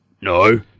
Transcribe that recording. No